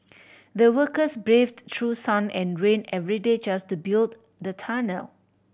the workers braved through sun and rain every day just to build the tunnel